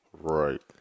right